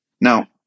Now